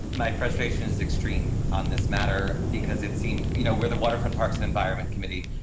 my frustration is extreme on this matter, because it seems you know where the waterfront parks and environment committee,